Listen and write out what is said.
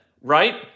right